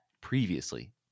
previously